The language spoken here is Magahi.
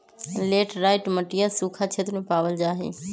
लेटराइट मटिया सूखा क्षेत्र में पावल जाहई